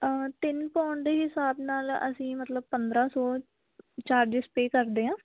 ਤਿੰਨ ਪੋਨ ਦੇ ਹਿਸਾਬ ਨਾਲ ਅਸੀਂ ਮਤਲਬ ਪੰਦਰਾਂ ਸੌ ਚਾਰਜਸ ਪੇ ਕਰਦੇ ਹਾਂ